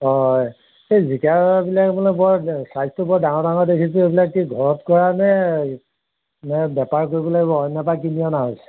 অঁ এই জিকাবিলাক মানে বৰ ডা ছাইজটো বৰ ডাঙৰ ডাঙৰ দেখিছোঁ এইবিলাক কি ঘৰত কৰা নে নে বেপাৰ কৰিবলৈ এইবোৰ অন্যৰ পৰা কিনি অনা হৈছে